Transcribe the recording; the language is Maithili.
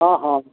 हँ हँ